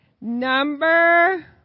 Number